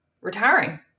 retiring